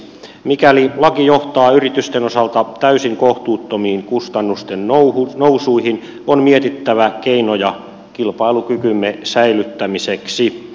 mikäli laki johtaa yritysten osalta täysin kohtuuttomiin kustannustennousuihin on mietittävä keinoja kilpailukykymme säilyttämiseksi